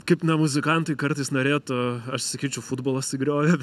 kaip na muzikantai kartais norėtų aš sakyčiau futbolas sugriovė